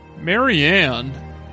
marianne